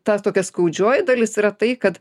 ta tokia skaudžioji dalis yra tai kad